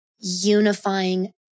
unifying